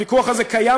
הוויכוח הזה קיים,